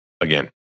again